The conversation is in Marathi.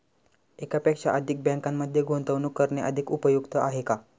एकापेक्षा अधिक बँकांमध्ये गुंतवणूक करणे अधिक उपयुक्त आहे का?